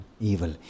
evil